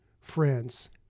friends